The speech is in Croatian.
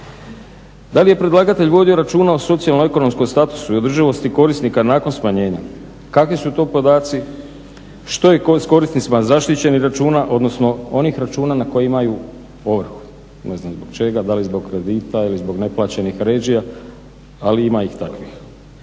Da li je predlagatelj vodio računa o socijalnom ekonomskom statusu i održivosti korisnika nakon smanjenja, kakvi su to podaci, što je s korisnicima zaštićenih računa odnosno onih računa na koji imaju ovrhu, ne znam zbog čega, da li zbog kredita ili zbog neplaćenih režija, ali ima ih takvih.